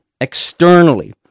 externally